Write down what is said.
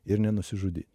ir nenusižudyt